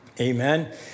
Amen